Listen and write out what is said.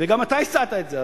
וגם אתה הצעת את זה,